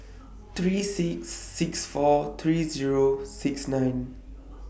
three four six four three Zero nine six